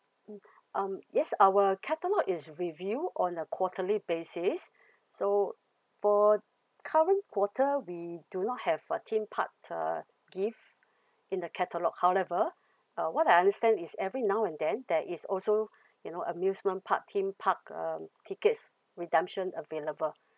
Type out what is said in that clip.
um yes our catalogue is reviewed on a quarterly basis so for coming quarter we do not have uh theme park uh gift in the catalogue however uh what I understand is every now and then there is also you know amusement park theme park uh tickets redemption available